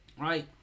right